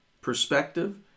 perspective